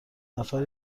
نفر